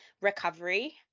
recovery